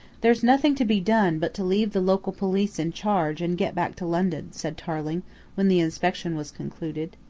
there's nothing to be done but to leave the local police in charge and get back to london, said tarling when the inspection was concluded.